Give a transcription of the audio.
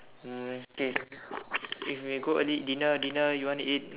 mm okay if we go early eat dinner dinner you want to eat